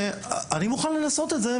אני מוכן לנסות את זה.